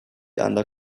under